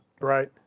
right